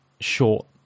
short